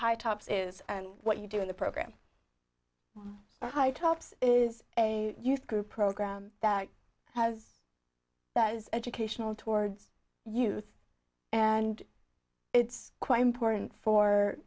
high tops is and what you do in the program high tops is a youth group program that has educational towards youth and it's quite important for